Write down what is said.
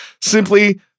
Simply